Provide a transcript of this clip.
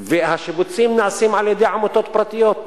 והשיבוצים נעשים על-ידי עמותות פרטיות.